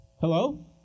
Hello